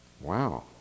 Wow